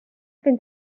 fins